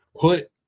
put